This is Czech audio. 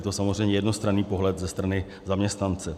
Je to samozřejmě jednostranný pohled ze strany zaměstnance.